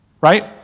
Right